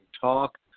talk